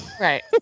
Right